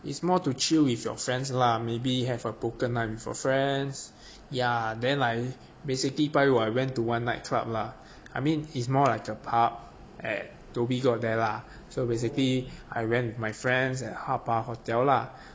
is more to chill with your friends lah maybe have a poker night with your friends ya then like basically buy when I went to one nightclub lah I mean is more like a pub at dhoby ghaut there lah so basically I went with my friends at harper hotel lah